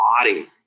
body